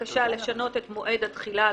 התשע""ט-2018.